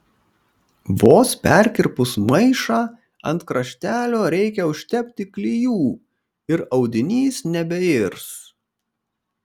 vos perkirpus maišą ant kraštelio reikia užtepti klijų ir audinys nebeirs